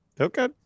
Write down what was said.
okay